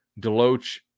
Deloach